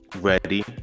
ready